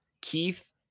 keith